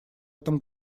этом